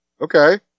okay